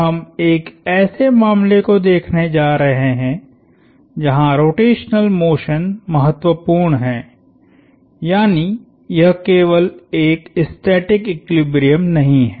हम एक ऐसे मामले को देखने जा रहे हैं जहां रोटेशनल मोशन महत्वपूर्ण हैयानी यह केवल एक स्टैटिक इक्वीलिब्रियम नहीं है